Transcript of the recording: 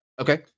okay